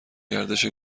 گردش